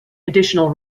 additional